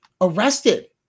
arrested